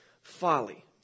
folly